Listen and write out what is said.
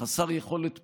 חסר יכולת פעולה,